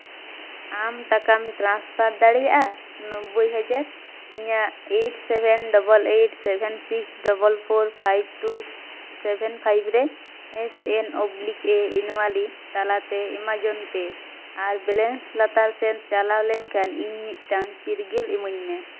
ᱟᱢ ᱴᱟᱠᱟᱢ ᱴᱨᱟᱱᱥᱯᱷᱟᱨ ᱫᱟᱲᱮᱭᱟᱜᱼᱟ ᱱᱚᱵᱵᱳᱭ ᱦᱟᱡᱟᱨ ᱤᱧᱟᱹᱜ eight seven double eight seven six double four five two seven five ᱨᱮ ᱦᱮᱡ ᱮᱱ ᱚᱵᱞᱤᱠ ᱮ ᱮᱱᱣᱟᱞᱤ ᱛᱟᱞᱟᱛᱮ ᱮᱢᱟᱡᱚᱱ ᱯᱮ ᱟᱨ ᱵᱮᱞᱮᱱᱥ ᱞᱟᱛᱟᱨ ᱥᱮᱱ ᱪᱟᱞᱟᱣ ᱞᱮᱱᱠᱷᱟᱱ ᱤᱧ ᱢᱤᱫᱴᱟᱱ ᱪᱤᱨᱜᱟᱹᱞ ᱤᱢᱟᱹᱧ ᱢᱮ